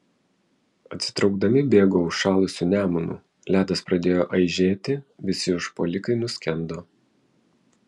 atsitraukdami bėgo užšalusiu nemunu ledas pradėjo aižėti visi užpuolikai nuskendo